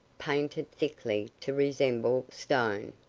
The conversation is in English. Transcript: painted thickly to resemble stone.